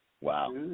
Wow